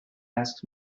asks